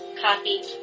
copy